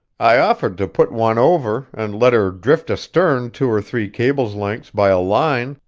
i offered to put one over, and let her drift astern two or three cable's-lengths by a line,